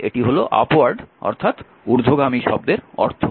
তাই এই হল ঊর্ধ্বগামী শব্দের অর্থ